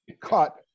cut